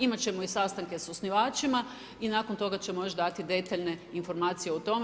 Imati ćemo i sastanke sa osnivačima i nakon toga ćemo još dati detaljne informacije o tome.